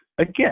Again